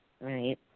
right